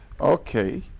Okay